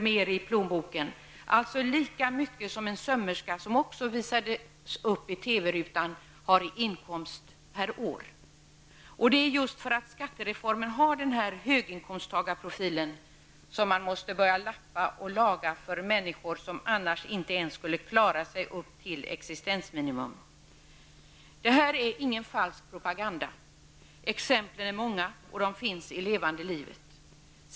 mer i plånboken, alltså lika mycket som en sömmerska, som också visades upp i TV-rutan, har i inkomst per år. Det är just för att skattereformen har denna höginkomsttagarprofil som man måste börja lappa och laga, för människor som annars inte ens skulle klara sig upp till existensminimum. Detta är ingen falsk propaganda. Exemplen är många, och de finns i levande livet.